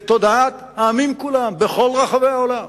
בתודעת העמים כולם, בכל רחבי העולם,